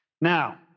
Now